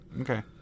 Okay